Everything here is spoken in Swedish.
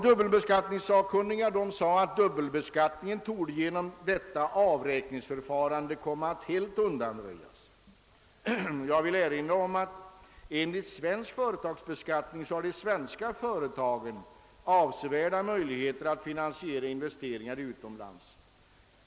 Dubbelbeskattningssakkunniga «sade att risken för dubbelbeskattning genom detta avräkningsförfarande torde komma att helt undanröjas. Jag vill erinra om att enligt svensk företagsbeskattning har de svenska företagen avsevärda möjligheter att finansiera investeringar utomlands.